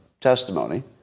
testimony